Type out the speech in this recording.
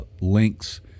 links